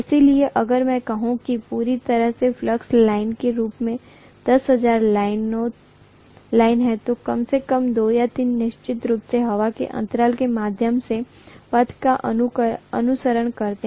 इसलिए अगर मैं कहूं कि पूरी तरह से फ्लक्स लाइनों के रूप में 10000 लाइनें हैं तो कम से कम 2 या 3 निश्चित रूप से हवा के अंतराल के माध्यम से पथ का अनुसरण करते हैं